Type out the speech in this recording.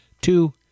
two